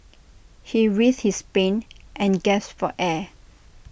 he writhed his pain and gasped for air